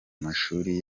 amashuli